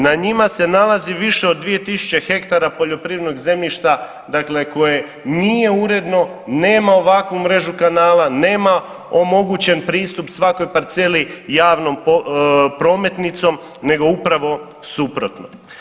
Na njima se nalazi više od 2000 ha poljoprivrednog zemljišta, dakle koje nije uredno, nema ovakvu mrežu kanala, nema omogućen pristup svakoj parceli, javnom prometnicom nego upravo suprotno.